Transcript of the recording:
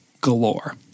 galore